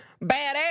badass